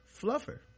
fluffer